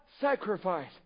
sacrifice